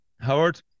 Howard